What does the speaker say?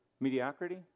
Mediocrity